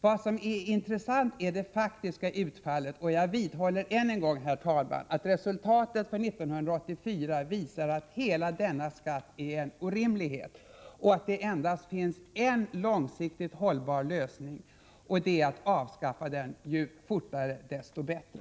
Vad som är intressant är det faktiska utfallet. Det faktiska resultatet för 1984 visar att hela denna skatt är en orimlighet och att det endast finns en långsiktigt hållbar lösning, nämligen att avskaffa den — ju tidigare, desto bättre.